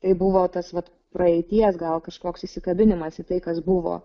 tai buvo tas vat praeities gal kažkoks įsikabinimas į tai kas buvo